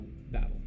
battle